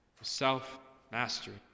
Self-mastery